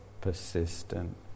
persistent